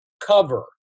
cover